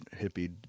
hippie